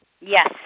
Yes